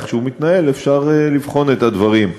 אפשר לבחון את הדברים.